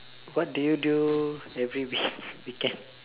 what do you do every week weekend